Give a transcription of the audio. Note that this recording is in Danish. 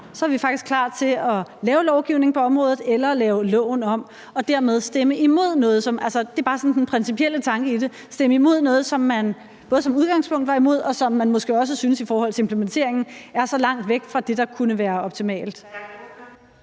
er vi faktisk klar til at lave lovgivning på området eller lave loven om? Dermed kan man stemme imod noget – det er bare sådan den principielle tanke i det – som man både som udgangspunkt var imod, og som man måske også i forhold til implementeringen synes er så langt væk fra det, der kunne være optimalt.